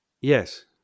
Yes